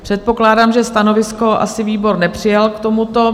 Předpokládám, že stanovisko asi výbor nepřijal k tomuto.